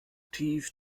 tief